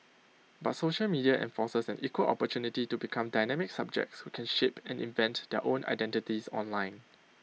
but social media enforces an equal opportunity to become dynamic subjects who can shape and invent their own identities online